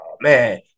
man